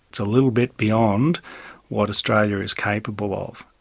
it's a little bit beyond what australia is capable of.